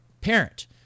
parent